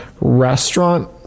restaurant